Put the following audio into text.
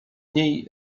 niej